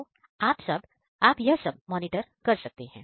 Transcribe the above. तो आप यह सब मॉनिटर कर सकते हैं